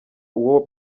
uwo